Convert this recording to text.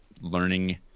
learning